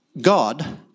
God